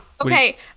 Okay